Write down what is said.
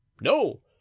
no